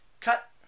cut